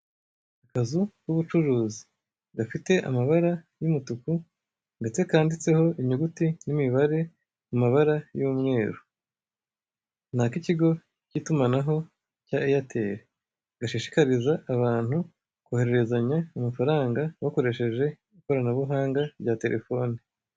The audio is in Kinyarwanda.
Akazu k'ubucuruzi gafite amabara y'umutuku, ndetse kanditseho inyuguti n'imibare mu mabara y'umweru, ni ak'ikigo cy'itumanaho cya eyateri, gashishikariza abantu kohererezanya amafaranga bakoresheje, ikorsnabuhanga rya terefone.